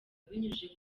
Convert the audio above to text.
abinyujije